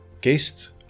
guest